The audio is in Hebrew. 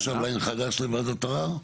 אז פתחנו עכשיו ליין חדש לוועדת ערער?